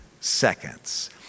seconds